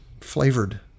flavored